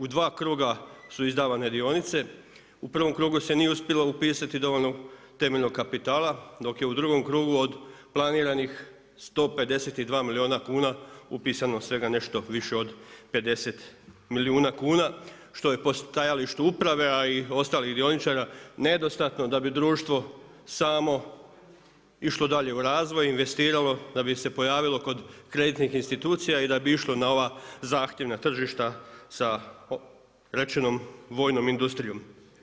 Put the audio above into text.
U dva kruga su izdavane dionice, u prvom krugu se nije uspjelo upisati dovoljno temeljnog kapitala dok je u drugom krugu od planiranih 152 milijuna kuna upisano svega nešto više od 50 milijuna kuna što je po stajalištu uprave a i ostalih dioničara nedostatno da bi društvo samo išlo dalje u razvoj, investiralo da bi se pojavilo kod kreditnih institucija i da bi išlo na ova zahtjeva tržišta sa rečenom vojnog industrijom.